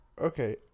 Okay